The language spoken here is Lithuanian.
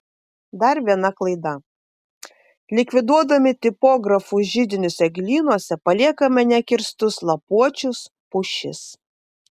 dar viena klaida likviduodami tipografų židinius eglynuose paliekame nekirstus lapuočius pušis